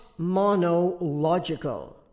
monological